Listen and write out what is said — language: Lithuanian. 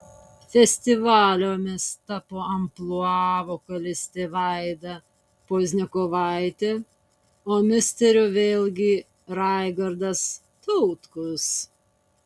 festivalio mis tapo amplua vokalistė vaida pozniakovaitė o misteriu vėlgi raigardas tautkus